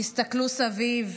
תסתכלו סביב.